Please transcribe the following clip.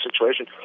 situation